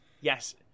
Yes